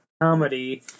comedy